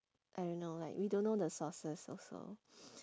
I don't know like we don't know the sources also